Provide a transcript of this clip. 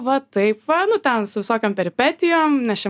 va taip va nu ten su visokiom peripetijom nes čia